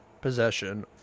possession